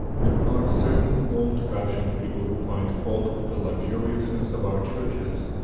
there are certain old-fashioned people who find fault with the luxuriousness of our churches,